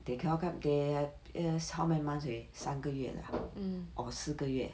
they cannot come they have here how many months already 三个月了 ah or 四个月